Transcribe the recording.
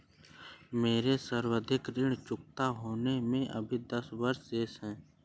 मेरे सावधि ऋण चुकता होने में अभी दस वर्ष शेष है